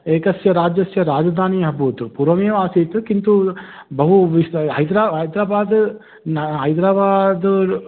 एकस्य राज्यस्य राजधानीम् अभूत् पूर्वमेव आसीत् किन्तु बहु विश् हैद्रा हैद्राबादः न हैद्राबादः